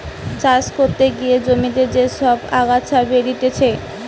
চাষ করতে গিয়ে জমিতে যে সব আগাছা বেরতিছে